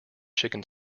chicken